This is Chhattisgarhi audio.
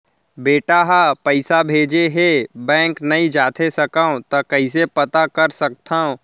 बेटा ह पइसा भेजे हे बैंक नई जाथे सकंव त कइसे पता कर सकथव?